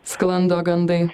sklando gandai